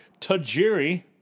Tajiri